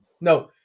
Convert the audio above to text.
No